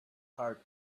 heart